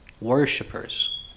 worshippers